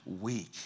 Week